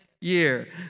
year